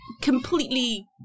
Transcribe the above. completely